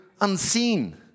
unseen